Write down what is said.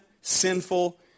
sinful